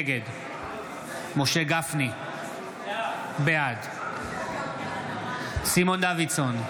נגד משה גפני, בעד סימון דוידסון,